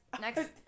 Next